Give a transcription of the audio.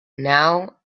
now